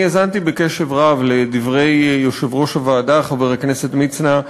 אני האזנתי בקשב רב לדברי יושב-ראש הוועדה חבר הכנסת מצנע,